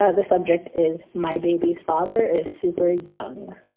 ah the subject is my baby's father is super young.